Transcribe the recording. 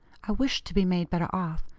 i wished to be made better off,